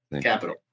capital